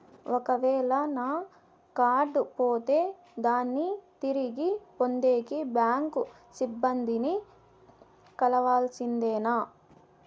ఒక వేల నా కార్డు పోతే దాన్ని తిరిగి పొందేకి, బ్యాంకు సిబ్బంది ని కలవాల్సిందేనా?